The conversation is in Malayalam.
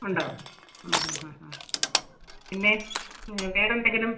ഉണ്ടോ ആ ഹ ഹാ ഹ പിന്നെ വേറെ എന്തെങ്കിലും